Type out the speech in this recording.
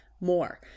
more